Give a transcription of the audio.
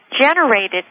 generated